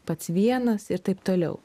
pats vienas ir taip toliau